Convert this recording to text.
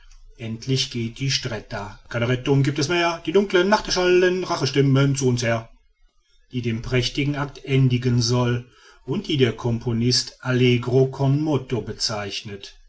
endlich geht die stretta keine rettung giebt es mehr durch die dunkle nacht erschallen rachestimmen zu uns her die den prächtigen act endigen soll und die der componist allegro con moto bezeichnet